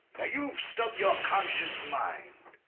now, you've stubbed your conscious mind,